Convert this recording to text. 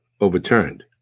overturned